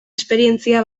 esperientzia